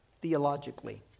theologically